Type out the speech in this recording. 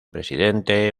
presidente